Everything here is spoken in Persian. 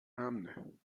امنهخودم